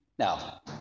Now